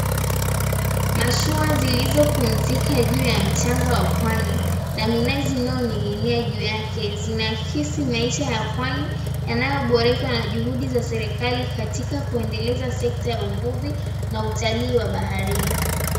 Mashua zilizopumzika juu ya mchanga wa pwani na minazi inayoning'inia juu yake zinaakisi maisha ya pwani yanayoboreshwa na juhudi za serikali katika kuendeleza sekta za uvuvi na utalii wa baharini.